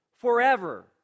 forever